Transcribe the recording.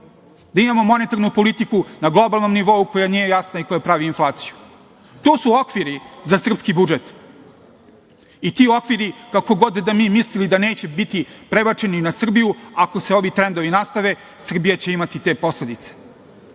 da imamo monetarnu politiku na globalnom nivou, koja nije jasna i koja pravi inflaciju. Tu su okviri za srpski budžet i ti okviri kako god da mi mislili da neće biti prebačeni na Srbiju, ako se ovi trendovi nastave Srbija će imati te posledice.